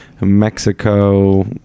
Mexico